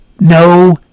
no